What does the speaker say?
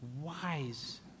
wise